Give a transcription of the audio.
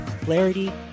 clarity